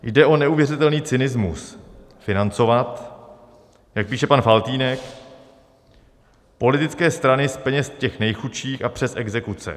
Jde o neuvěřitelný cynismus financovat, jak píše pan Faltýnek, politické strany z peněz těch nejchudších a přes exekuce.